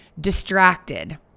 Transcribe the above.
distracted